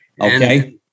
Okay